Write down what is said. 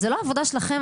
זו לא העבודה שלכם?